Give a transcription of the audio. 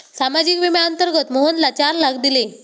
सामाजिक विम्याअंतर्गत मोहनला चार लाख दिले